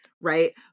right